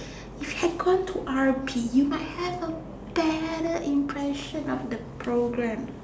if you had gone to R_P you might have a better impression of the programme